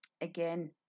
again